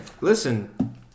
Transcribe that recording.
listen